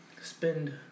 spend